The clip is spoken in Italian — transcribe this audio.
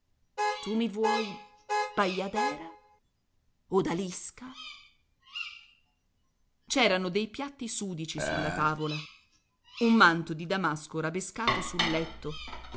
tu mi vuoi baiadera odalisca c'erano dei piatti sudici sulla tavola un manto di damasco rabescato sul letto